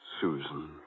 Susan